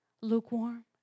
Lukewarm